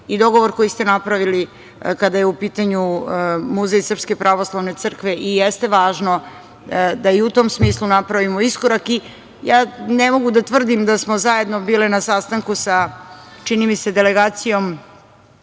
i dogovor koji ste napravili kada je u pitanju Muzej Srpske pravoslavne crkve. Jeste važno da i u tom smislu napravimo iskorak. Ne mogu da tvrdim da smo zajedno bili na sastanku sa, čini mi se, delegacijom